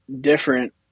different